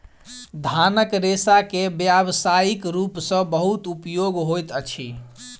धानक रेशा के व्यावसायिक रूप सॅ बहुत उपयोग होइत अछि